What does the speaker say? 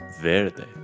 Verde